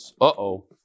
Uh-oh